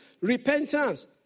repentance